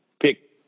pick